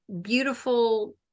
beautiful